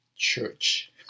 Church